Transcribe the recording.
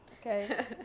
Okay